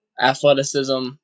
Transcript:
athleticism